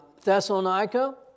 Thessalonica